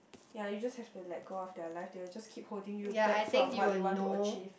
ya you just have to let go of their life they will just keep holding you back from what you want to achieve